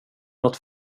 nåt